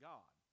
God